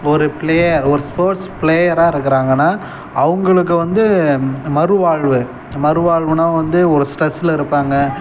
ஒரு பிளேயர் ஒரு ஸ்போர்ட்ஸ் பிளேயராக இருக்கிறாங்கன்னா அவங்களுக்கு வந்து மறுவாழ்வு மறுவாழ்வுனால் வந்து ஒரு ஸ்ட்ரெஸில் இருப்பாங்க